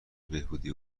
بهبودی